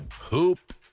Hoop